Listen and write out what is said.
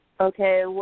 Okay